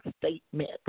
statement